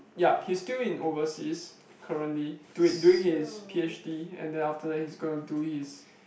yup he still in overseas currently do it doing his p_h_d and then after that he's gonna do his